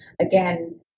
again